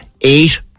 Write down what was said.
eight